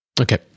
Okay